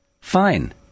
fine